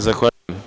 Zahvaljujem.